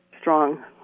strong